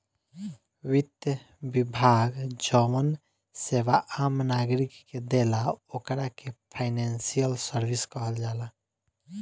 वित्त विभाग जवन सेवा आम नागरिक के देला ओकरा के फाइनेंशियल सर्विस कहल जाला